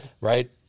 Right